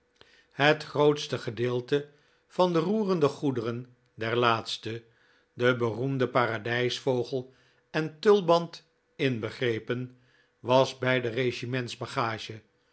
het grootste gedeelte van de roerende goederen der laatste den beroemden paradijsvogel en tulband inbegrepen was bij de